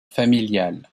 familiale